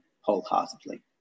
wholeheartedly